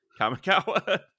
Kamikawa